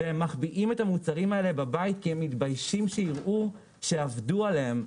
והם מחביאים את המוצרים האלה בבית כי הם מתביישים שיראו שעבדו עליהם.